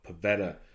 Pavetta